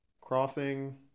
crossing